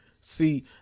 See